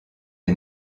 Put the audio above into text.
est